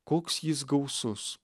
koks jis gausus